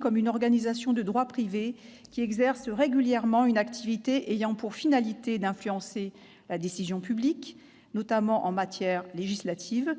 comme une organisation de droit privé qui exerce régulièrement une activité ayant pour finalité d'influencer la décision publique, notamment en matière législative